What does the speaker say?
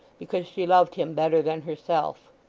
because she loved him better than herself.